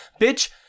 bitch